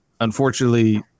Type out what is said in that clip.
unfortunately